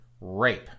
rape